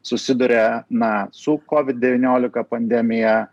susiduria na su kovid devyniolika pandemija